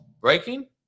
Breaking